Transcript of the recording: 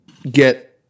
get